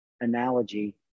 analogy